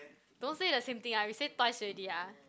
don't say the same thing ah you say twice already ah